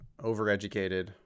overeducated